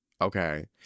Okay